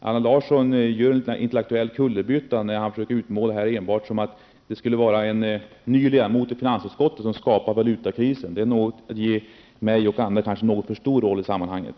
Allan Larsson gör en intellektuell kullerbytta när han försöker utmåla det hela som att det enbart skulle vara en ny ledamot i finansutskottet som har skapat valutakrisen. Det är nog att ge mig och andra en något för stor roll i sammanhanget.